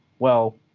well,